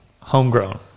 Homegrown